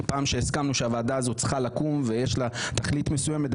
הסכמנו שהוועדה הזאת צריכה לקום ויש לה תכלית מסוימת,